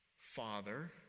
father